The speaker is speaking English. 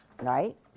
right